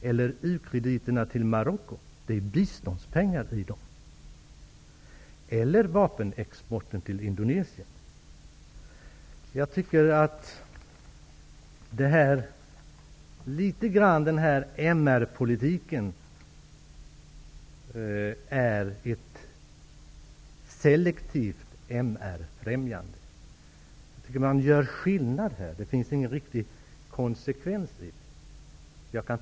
Eller ta t.ex. u-krediterna till Marocko -- det är då fråga om biståndspengar -- eller exporten av vapen till Jag tycker att den här MR-politiken litet grand är ett selektivt MR-främjande. Jag anser att man gör skillnad här. Det är inte riktigt konsekvent handlande.